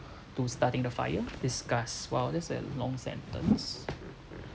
to starting the fire discuss !wow! that's a long sentence